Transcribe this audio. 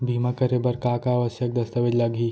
बीमा करे बर का का आवश्यक दस्तावेज लागही